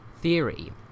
theory